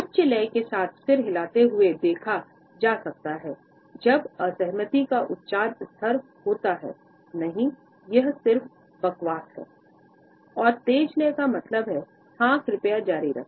उच्च लय के साथ सिर हिलाते हुए देखा जा सकता है जब असहमति का उच्च स्तर होता हैऔर तेज लय का मतलब है हां कृपया जारी रखें